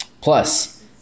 plus